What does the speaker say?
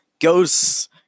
Ghosts